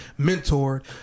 mentored